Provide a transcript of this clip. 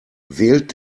wählt